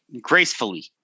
gracefully